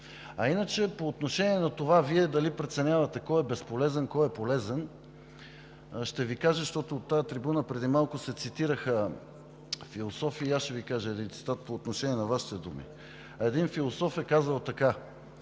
гласуване. По отношение на това дали Вие преценявате кой е безполезен, кой е полезен, защото от тази трибуна преди малко се цитираха философи, и аз ще Ви кажа един цитат по отношение на Вашите думи. Един философ е казал така: